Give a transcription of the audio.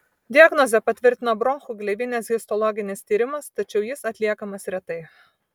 diagnozę patvirtina bronchų gleivinės histologinis tyrimas tačiau jis atliekamas retai